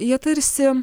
jie tarsi